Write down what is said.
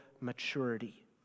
maturity